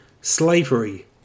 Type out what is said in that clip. Slavery